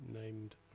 named